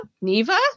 Neva